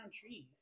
trees